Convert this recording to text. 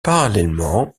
parallèlement